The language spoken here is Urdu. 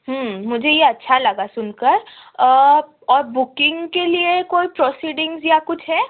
مجھے یہ اچھا لگا سُن کر اور بکنگ کے لیے کوئی پروسیڈنگز یا کچھ ہے